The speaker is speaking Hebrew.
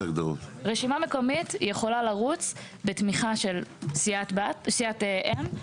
רשימה מקומית יכולה לרוץ בתמיכה של סיעת אם,